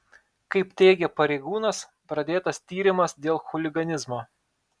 kaip teigia pareigūnas pradėtas tyrimas dėl chuliganizmo